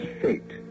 fate